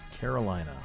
Carolina